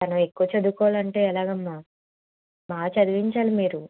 మనం ఎక్కువ చదువుకోవాలంటే ఎలాగమ్మా బాగా చదివించాలి మీరు